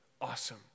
Awesome